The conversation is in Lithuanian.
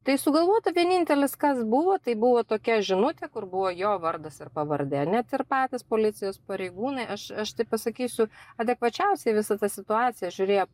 tai sugalvota vienintelis kas buvo tai buvo tokia žinutė kur buvo jo vardas ir pavardė net ir patys policijos pareigūnai aš aš taip pasakysiu adekvačiausiai į visą tą situaciją žiūrėjo